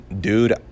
dude